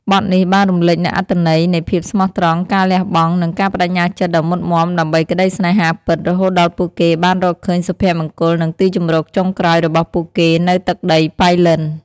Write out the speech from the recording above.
បទនេះបានរំលេចនូវអត្ថន័យនៃភាពស្មោះត្រង់ ការលះបង់ និងការប្តេជ្ញាចិត្តដ៏មុតមាំដើម្បីក្តីស្នេហាពិត រហូតដល់ពួកគេបានរកឃើញសុភមង្គល និងទីជម្រកចុងក្រោយរបស់ពួកគេនៅទឹកដីប៉ៃលិន។